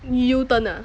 U-turn ah